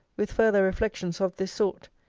with further reflections of this sort.